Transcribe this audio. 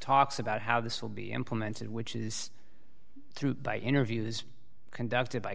talks about how this will be implemented which is through by interviews conducted by